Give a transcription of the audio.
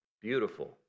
Beautiful